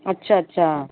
अच्छा अच्छा